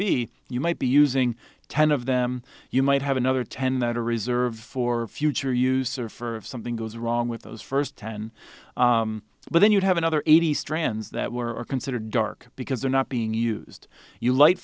b you might be using ten of them you might have another ten that are reserved for future use or for if something goes wrong with those first ten but then you'd have another eighty strands that were considered dark because they're not being used you light